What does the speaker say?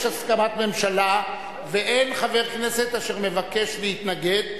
יש הסכמת ממשלה ואין חבר כנסת אשר מבקש להתנגד.